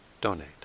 donate